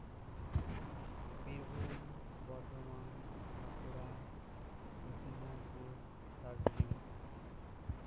Birbhum Bardhaman Bankura Dakshin Dinajpur Darjeeling